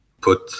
put